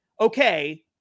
okay